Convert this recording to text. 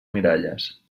miralles